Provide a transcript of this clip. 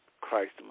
Christ